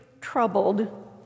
troubled